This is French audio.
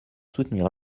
soutenir